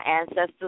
ancestors